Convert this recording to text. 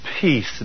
Peace